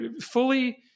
Fully